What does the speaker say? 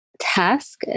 task